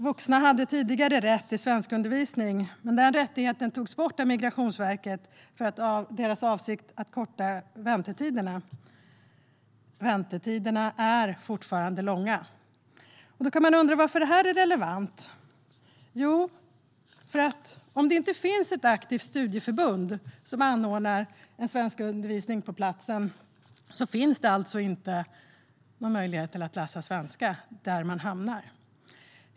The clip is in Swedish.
Vuxna hade tidigare rätt till svenskundervisning, men denna rättighet togs bort av Migrationsverket i avsikt att korta väntetiderna. Väntetiderna är fortfarande långa. Någon undrar kanske varför detta är relevant. Jo, om det inte finns ett aktivt studieförbund som anordnar svenskundervisning på plats finns det alltså inte någon möjlighet att läsa svenska på den plats där man hamnar.